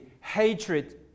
hatred